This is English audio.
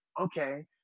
okay